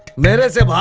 medicine